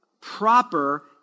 proper